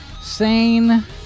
sane